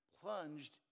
plunged